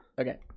Okay